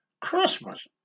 Christmas